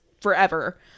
forever